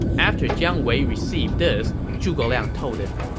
after jiang wei received this, zhuge liang told him,